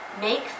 make